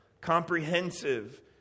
comprehensive